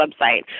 website